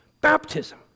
Baptism